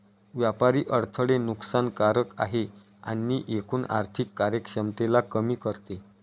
व्यापारी अडथळे नुकसान कारक आहे आणि एकूण आर्थिक कार्यक्षमतेला कमी करते